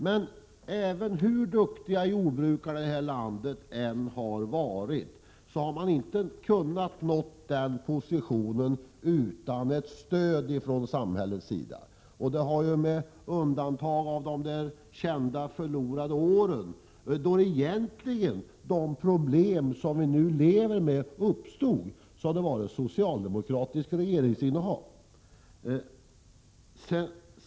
Men hur duktiga jordbrukarna i vårt land än har varit, så hade man inte kunnat nå den positionen utan ett stöd från samhällets sida. Med undantag för ”de förlorade åren”, då egentligen de problem som vi nu lever med uppstod, har det varit socialdemokratiskt regeringsinnehav.